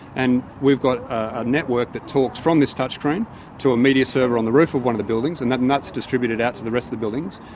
and we've got a network that talks from this touchscreen to a media server on the roof of one of the buildings and and that's distributed out to the rest of the buildings.